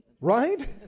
Right